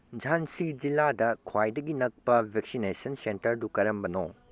ꯓꯥꯟꯁꯤ ꯁꯤꯜꯂꯥꯗ ꯈ꯭ꯋꯥꯏꯗꯒꯤ ꯅꯛꯄ ꯕꯦꯛꯁꯤꯅꯦꯁꯟ ꯁꯦꯟꯇꯔꯗꯨ ꯀꯔꯝꯕꯅꯣ